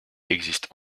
existent